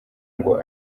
ngo